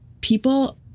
People